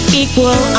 equal